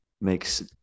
Makes